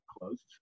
closed